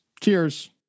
Cheers